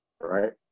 right